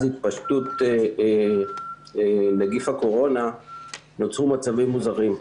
התפשטות נגיף הקורונה נוצרו מצבים מוזרים.